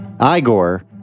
Igor